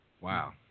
Wow